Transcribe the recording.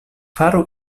faru